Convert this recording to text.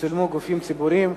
שצילמו גופים ציבוריים),